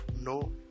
no